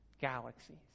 galaxies